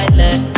let